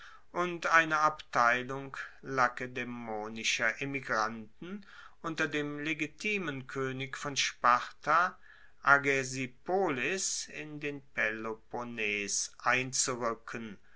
und einer abteilung lakedaemonischer emigranten unter dem legitimen koenig von sparta agesipolis in den peloponnes